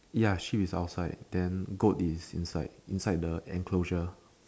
ya sheep is outside then goat is inside inside the enclosure